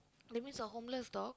that means a homeless dog